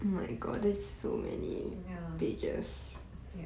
ya yup